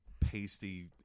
pasty